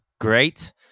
great